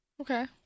okay